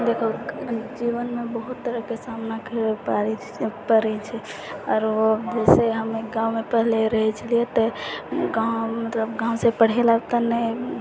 देखु जीवनमे बहुत तरहके सामना करै पाड़ै छै पड़ै छै आरो जैसे हमे गाँवमे पहिले रहै छलियै तऽ गाँवमे मतलब गाँवसँ पढ़ै लए तऽ नै